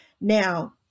Now